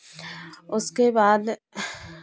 उसके बाद